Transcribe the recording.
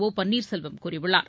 ஒபன்னீர்செல்வம் கூறியுள்ளார்